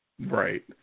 Right